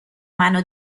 منو